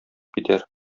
китәр